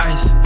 Ice